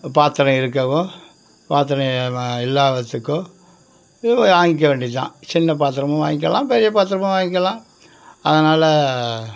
பாத்திரம் இருக்கவும் பாத்திரம் இல்லாததுக்கும் வாங்கிக்க வேண்டியதுதான் சின்ன பாத்திரமும் வாங்கிக்கலாம் பெரிய பாத்திரமும் வாங்கிக்கலாம் அதனால்